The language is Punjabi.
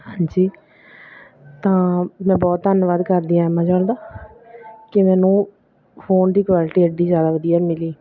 ਹਾਂਜੀ ਤਾਂ ਮੈਂ ਬਹੁਤ ਧੰਨਵਾਦ ਕਰਦੀ ਐਮਾਜੋਂਨ ਦਾ ਕਿ ਮੈਨੂੰ ਫੋਨ ਦੀ ਕੁਆਲਿਟੀ ਐਡੀ ਜ਼ਿਆਦਾ ਵਧੀਆ ਮਿਲੀ